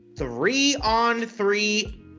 Three-on-three